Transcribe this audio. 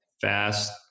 fast